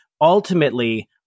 ultimately